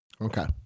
Okay